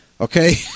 Okay